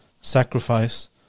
sacrifice